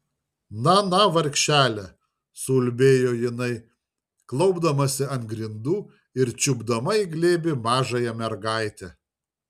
na na vargšele suulbėjo jinai klaupdamasi ant grindų ir čiupdama į glėbį mažąją mergaitę